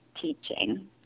teaching